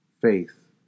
faith